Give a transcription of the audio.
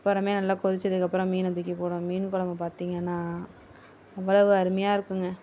அப்புறமே நல்லா கொதித்ததுக்கு அப்புறம் மீனை தூக்கி போடுவேன் மீன் குழம்பு பார்த்திங்கன்னா அவ்வளவு அருமையாயிருக்குங்க